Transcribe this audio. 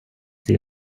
цій